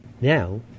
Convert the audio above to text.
Now